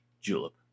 Julep